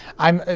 i'm. ah